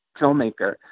filmmaker